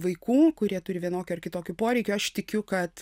vaikų kurie turi vienokių ar kitokių poreikių aš tikiu kad